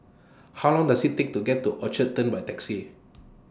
How Long Does IT Take to get to Orchard Turn By Taxi